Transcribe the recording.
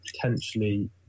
potentially